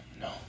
No